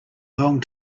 long